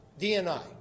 DNI